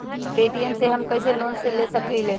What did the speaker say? Paytm से हम कईसे लोन ले सकीले?